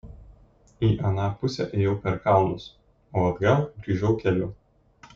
į aną pusę ėjau per kalnus o atgal grįžau keliu